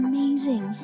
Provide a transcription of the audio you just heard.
Amazing